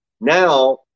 Now